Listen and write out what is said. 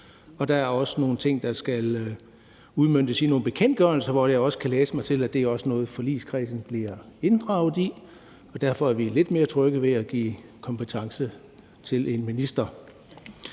der er også nogle ting, der skal udmøntes i nogle bekendtgørelser, hvor jeg kan læse mig til, at det også er noget, forligskredsen bliver inddraget i. Og derfor er vi lidt mere trygge ved at give kompetence til en minister.